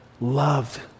loved